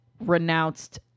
renounced